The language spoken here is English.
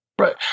Right